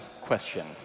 question